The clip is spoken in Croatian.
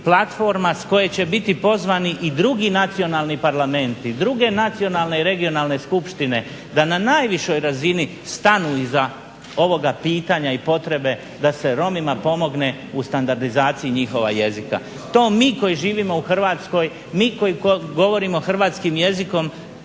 platforma s koje će biti pozvani i drugi nacionalni parlamenti, druge nacionalne i regionalne skupštine da na najvišoj razini stanu iza ovoga pitanja i potrebe da se Romima pomogne u standardizaciji njihova jezika. To mi koji živimo u Hrvatskoj, mi koji govorimo hrvatskim jezikom